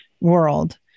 world